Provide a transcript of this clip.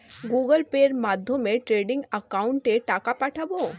Google পের মাধ্যমে trading একাউন্টে টাকা পাঠাবো?